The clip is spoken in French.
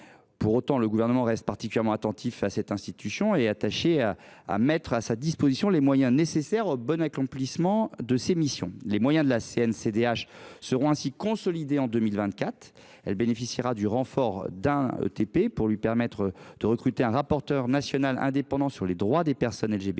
Pour autant, le Gouvernement reste particulièrement attentif à cette institution et est attaché à mettre à sa disposition les moyens nécessaires au bon accomplissement de ses missions. Ces derniers seront ainsi consolidés en 2024. La CNCDH bénéficiera du renfort d’un ETP pour recruter un rapporteur national indépendant sur les droits des personnes LGBT+.